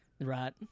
Right